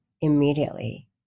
immediately